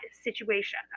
situation